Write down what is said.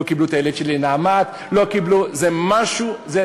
לא קיבלו את הילד שלי ל"נעמת" יש 700 מעונות,